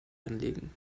anlegen